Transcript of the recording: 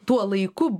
tuo laiku